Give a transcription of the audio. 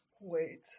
Wait